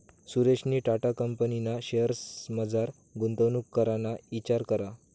सुरेशनी टाटा कंपनीना शेअर्समझार गुंतवणूक कराना इचार करा